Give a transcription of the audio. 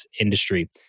industry